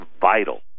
vital